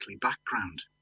background